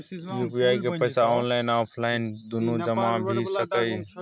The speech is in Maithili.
यु.पी.आई के पैसा ऑनलाइन आ ऑफलाइन दुनू जमा भ सकै इ?